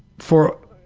for